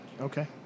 Okay